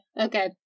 okay